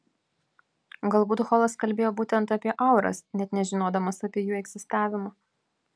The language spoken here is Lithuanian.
galbūt holas kalbėjo būtent apie auras net nežinodamas apie jų egzistavimą